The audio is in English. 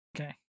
Okay